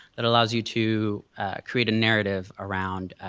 that allows you to create a narrative around